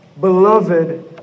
beloved